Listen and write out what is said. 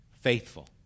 Faithful